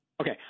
Okay